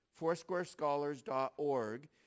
FoursquareScholars.org